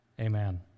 Amen